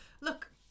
look